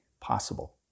possible